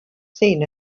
seen